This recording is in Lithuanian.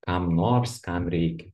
kam nors kam reikia